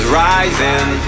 rising